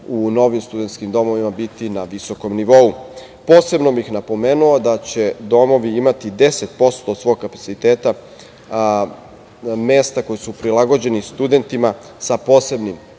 u novim studentskim domovima biti na visokom nivou. Posebno bih napomenuo da će domovi imati 10% od svog kapaciteta, mesta koja su prilagođena studentima sa posebnim